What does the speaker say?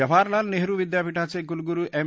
जवाहरलाल नेहरू विद्यापिठाचे कुलगुरु एम